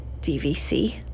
DVC